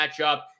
matchup